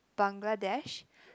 Bangladesh